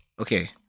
Okay